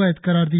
वैध करार दिया